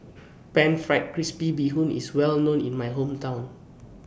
Pan Fried Crispy Bee Hoon IS Well known in My Hometown